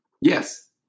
Yes